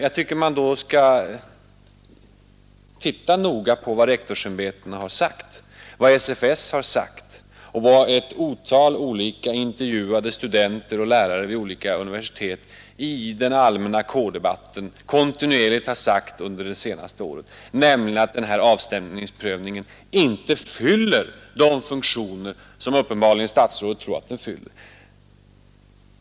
Jag anser att man noga skall studera vad rektorsämbetena och SFS har sagt samt vad ett otal intervjuade studenter och lärare vid universiteten i den allmänna kårdebatten kontinuerligt har sagt de senaste åren, nämligen att avstängningsprövningen inte fyller de funktioner som statsrådet uppenbarligen tror att de fyller.